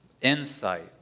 Insight